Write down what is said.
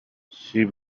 she